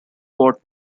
brought